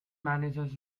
managers